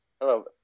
hello